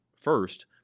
First